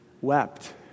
wept